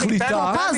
טור פז,